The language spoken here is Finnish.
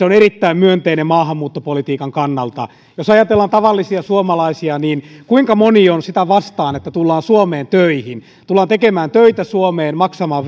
on erittäin myönteinen maahanmuuttopolitiikan kannalta jos ajatellaan tavallisia suomalaisia niin kuinka moni on sitä vastaan että tullaan suomeen töihin tullaan tekemään töitä suomeen maksamaan